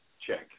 check